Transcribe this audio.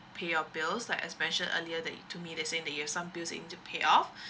pay your bills like as mentioned earlier that you told me then say that you have some bill in to pay off